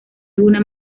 alguna